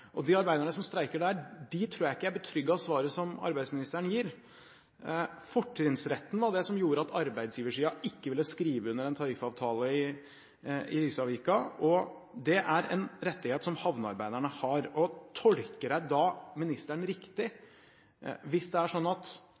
De arbeiderne som streiker der, tror jeg ikke er betrygget av svaret som arbeidsministeren gir. Fortrinnsretten var det som gjorde at arbeidsgiversiden ikke ville skrive under en tariffavtale i Risavika, og det er en rettighet som havnearbeiderne har. Hvis det er slik at havnearbeiderne ikke får en tariffavtale der fortrinnsretten er ivaretatt, tolker jeg arbeidsministeren riktig at